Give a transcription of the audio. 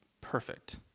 perfect